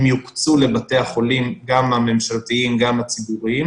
הם יוקצו לבתי החולים גם הממשלתיים וגם הציבוריים,